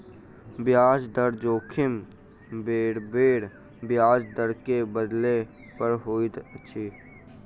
ब्याज दर जोखिम बेरबेर ब्याज दर के बदलै पर होइत अछि